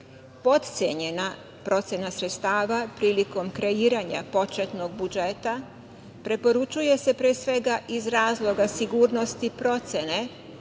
0,8%.Potcenjena procena sredstava prilikom kreiranja početnog budžeta preporučuje se, pre svega, iz razloga sigurnosti procene,